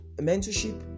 mentorship